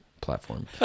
platform